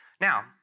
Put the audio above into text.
Now